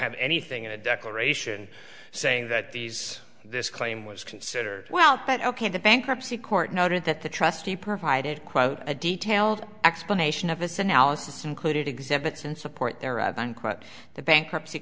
have anything in a declaration saying that these this claim was consider well but ok the bankruptcy court noted that the trustee provided quote a detailed explanation of this analysis included exhibits in support their unquote the bankruptcy